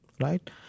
right